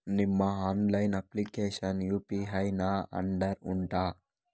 ನಿಮ್ಮ online application UPI ನ under ಉಂಟಾ